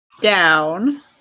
down